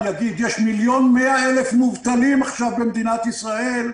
אני אגיד: יש מיליון ומאה אלף מובטלים עכשיו במדינת ישראל,